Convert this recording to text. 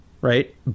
right